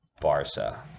Barca